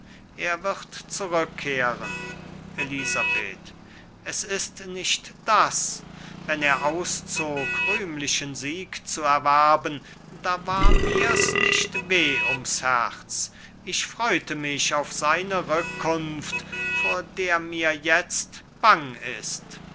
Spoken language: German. er wird zurückkehren elisabeth es ist nicht das wenn er auszog rühmlichen sieg zu erwerben da war mir's nicht weh ums herz ich freute mich auf seine rückkunft vor der mir jetzt bang ist